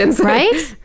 right